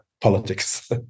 politics